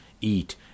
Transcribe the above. eat